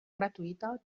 gratuïta